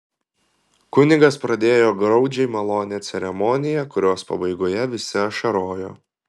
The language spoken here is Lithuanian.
kunigas pradėjo graudžiai malonią ceremoniją kurios pabaigoje visi ašarojo